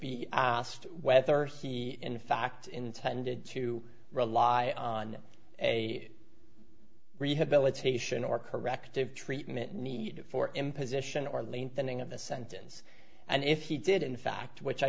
he in fact intended to rely on a rehabilitation or corrective treatment needed for imposition or lengthening of the sentence and if he did in fact which i